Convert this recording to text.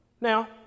Now